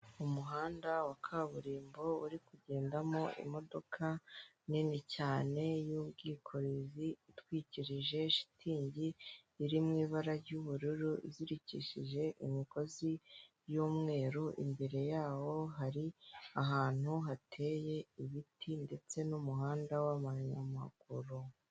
Umuhanda wa kaburimbo uri kugendamo imodoka nini cyane, y'ubwikorezi itwikirije shitingi iri mu ibara ry'ubururu izirikishije imigozi y'umweru, imbere yaho hari ahantu hateye ibiti ndetse n'umuhanda w'amayamaguru.